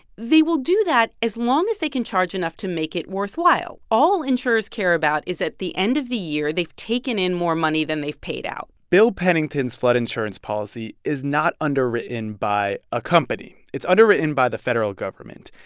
they will do that as long as they can charge enough to make it worthwhile. all insurers care about is, at the end of the year, they've taken in more money than they've paid out bill pennington's flood insurance policy is not underwritten by a company. it's underwritten by the federal government.